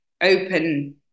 open